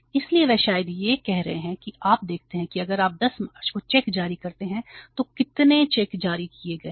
इसलिए वे शायद यह कर रहे हैं कि आप देखते हैं कि अगर आप 10 मार्च को चेक जारी करते हैं तो कितने चेक जारी किए गए हैं